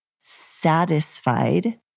satisfied